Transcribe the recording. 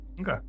okay